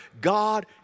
God